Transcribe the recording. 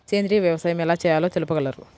సేంద్రీయ వ్యవసాయం ఎలా చేయాలో తెలుపగలరు?